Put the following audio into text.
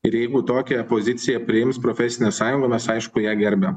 ir jeigu tokią poziciją priims profesinė sąjunga mes aišku ją gerbiam